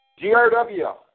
GRW